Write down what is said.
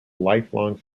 lifelong